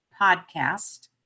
podcast